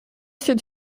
through